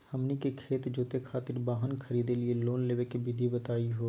हमनी के खेत जोते खातीर वाहन खरीदे लिये लोन लेवे के विधि बताही हो?